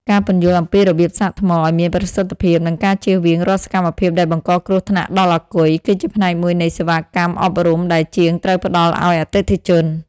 ការពន្យល់អំពីរបៀបសាកថ្មឱ្យមានប្រសិទ្ធភាព និងការចៀសវាងរាល់សកម្មភាពដែលបង្កគ្រោះថ្នាក់ដល់អាគុយ គឺជាផ្នែកមួយនៃសេវាកម្មអប់រំដែលជាងត្រូវផ្តល់ឱ្យអតិថិជន។